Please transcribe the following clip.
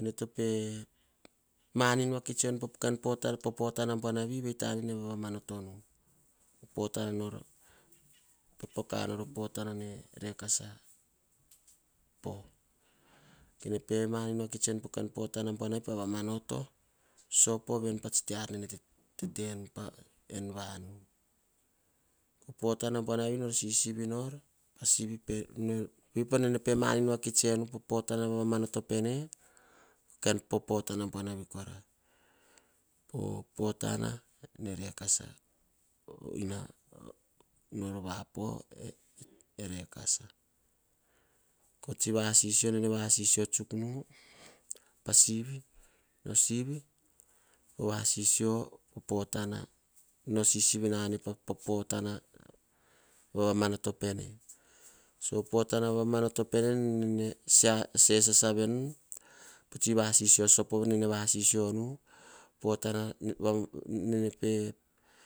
Ene to pemanin rakasanu popotana buanavi povopotane tsunan poh. Kene pemani poh bon buanavi voa veni pa tsi te ar nene tetenu en vanu. Kah ponana nor nene maninu. Ovia rovaka oh patana buanavi potanor vapoh e rekesa. Koh tsi vasisio nene vasisio tsuk nu oh potana vamanoto pene. Potana nene vamatonu. Oh potana ne tsunan poh. Vei tane nene pemaninu oh potana roya kora. Opotana tsuna polt potana nor vapo e tsunan para vakuvu poh hos vetane. Nene pemanin enu poh potana buanavi. I oh potana buanavi newe se ea pah vets enana kain ar vati tsene vavavatao. Oyia rova kora tsi vasisio nene vasisio soponutsi pene. Potana buanani newe pemanin nor kes vaso go kanor ane kain voane kora poka agana kuso. Ge oh voapako, kita nata sopo panara popoka voa nora poh tova piara en vanu. Tam buanavi nor vovore tsun nor potana piara en vanu torara tovovore tsun ah kain ar buanavi kora nor unor poh oraia bero bero naba kakavo to kita ananor bero kain taba buanavi. Vei nene kes vatasunu ane vovore voanu pana. Sivi nau voa ma pene kain ar buavi to onoto vatavuts pah ar nan onotoinom pah tsiako.